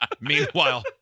Meanwhile